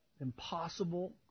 impossible